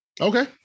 Okay